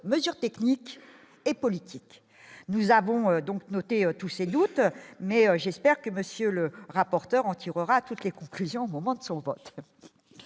mesures techniques et politiques, nous avons donc noter tous ses doutes mais j'espère que monsieur le rapporteur en tirera toutes les conclusions au moment de s'oppose